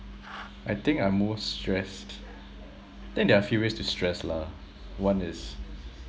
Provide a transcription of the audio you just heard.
I think I'm most stressed think there are a few ways to stress lah one is